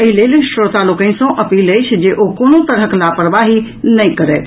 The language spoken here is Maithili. एहि लेल श्रोता लोकनि सँ अपील अछि जे ओ कोनो तरहक लापरवाही नहि करथि